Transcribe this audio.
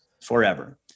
forever